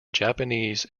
japanese